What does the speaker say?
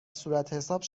صورتحساب